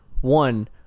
One